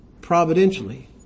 providentially